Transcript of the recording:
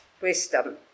wisdom